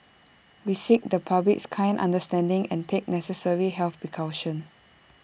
we seek the public's kind understanding and take necessary health precautions